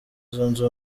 zunze